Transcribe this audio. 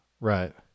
Right